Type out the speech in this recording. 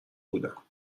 بودم